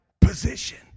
position